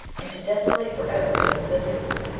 and to desolate for ever an existence.